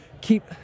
keep